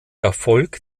erfolg